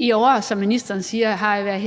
var, som ministeren siger, et